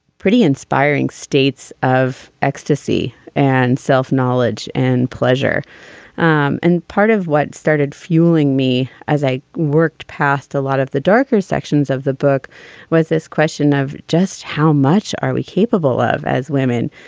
pretty inspiring states of ecstasy and self-knowledge and pleasure um and part of what started fueling me as i worked past a lot of the darker sections of the book was this question of just how much are we capable of as women,